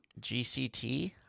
gct